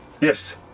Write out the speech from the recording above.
Yes